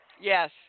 Yes